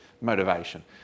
motivation